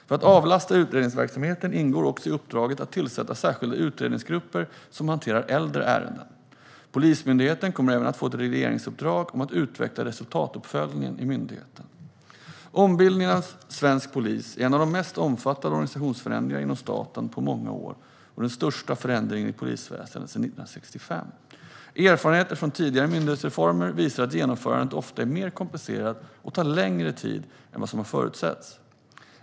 För att avlasta utredningsverksamheten ingår det också i uppdraget att tillsätta särskilda utredningsgrupper som hanterar äldre ärenden. Polismyndigheten kommer även att få ett regeringsuppdrag om att utveckla resultatuppföljningen i myndigheten. Ombildningen av svensk polis är en av de mest omfattande organisationsförändringarna inom staten på många år och den största förändringen inom polisväsendet sedan 1965. Erfarenheter från tidigare myndighetsreformer visar att genomförandet ofta är mer komplicerat och tar längre tid än vad som har förutsetts.